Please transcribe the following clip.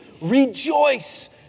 Rejoice